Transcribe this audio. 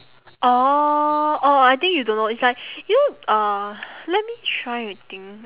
orh orh I think you don't know it's like you know uh let me try to think